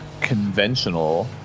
conventional